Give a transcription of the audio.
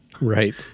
Right